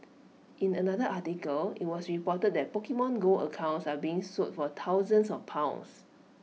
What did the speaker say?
in another article IT was reported that Pokemon go accounts are being sold for thousands of pounds